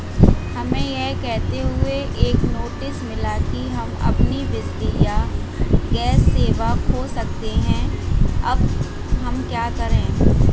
हमें यह कहते हुए एक नोटिस मिला कि हम अपनी बिजली या गैस सेवा खो सकते हैं अब हम क्या करें?